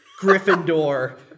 Gryffindor—